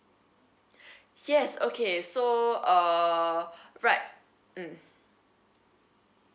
yes okay so uh right mm